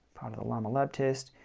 part of the lama lab test.